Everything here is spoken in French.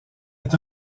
est